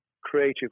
creative